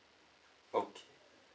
okay